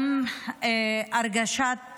גם הרגשה,